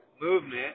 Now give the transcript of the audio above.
movement